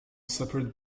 separate